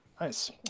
Nice